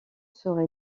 sera